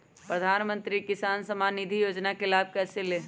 प्रधानमंत्री किसान समान निधि योजना का लाभ कैसे ले?